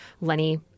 Lenny